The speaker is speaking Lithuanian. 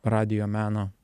radijo meno